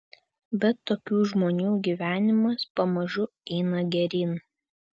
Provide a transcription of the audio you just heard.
bet tokių žmonių gyvenimas pamažu eina geryn